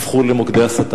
הפכו למוקדי הסתה?